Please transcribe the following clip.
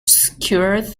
skewered